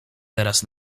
teraz